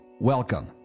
Welcome